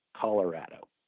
Colorado